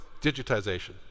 digitization